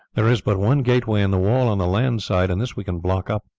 there is but one gateway in the wall on the land side, and this we can block up.